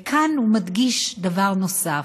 וכאן הוא מדגיש דבר נוסף: